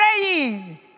praying